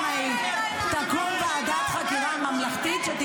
כל המשפחות בכללותן.